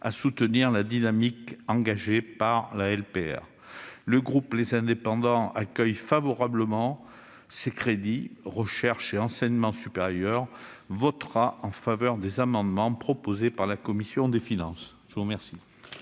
à soutenir la dynamique engagée par la LPR. Le groupe Les Indépendants accueille favorablement les crédits de la mission « Recherche et enseignement supérieur ». Il votera en faveur des amendements proposés par la commission des finances. La parole